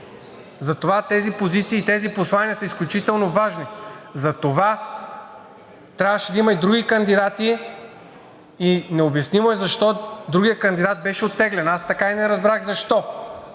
Затова тези позиции и тези послания са изключително важни и трябваше да има и други кандидати и е необяснимо защо другият кандидат беше оттеглен, аз така и не разбрах защо.